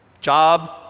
Job